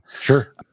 Sure